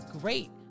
great